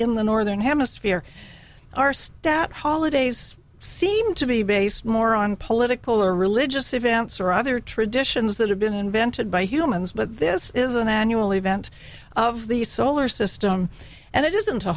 in the northern hemisphere our stat holidays seem to be based more on political or religious events or other traditions that have been invented by humans but this is an annual event of the solar system and it isn't a